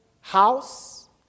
house